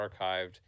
archived